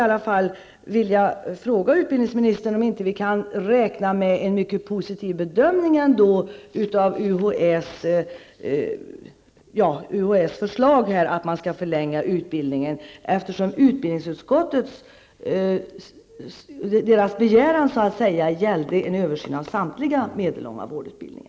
Jag vill därför fråga utbildningsministern om vi ändå inte kan räkna med en mycket positiv bedömning av UHÄs förslag om att laboratorieassistentutbildningen skall förlängas, eftersom utbildningsutskottets begäran gällde en översyn av samtliga medellånga vårdutbildningar.